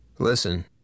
Listen